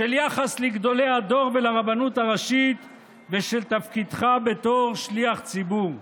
של יחס לגדולי הדור ולרבנות הראשית ושל תפקידך בתור שליח ציבור.